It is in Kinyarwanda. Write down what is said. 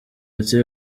ati